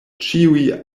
ĉiuj